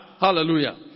Hallelujah